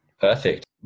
perfect